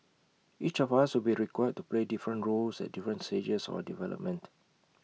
each of us will be required to play different roles at different stages or development